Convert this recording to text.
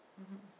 mmhmm